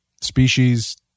species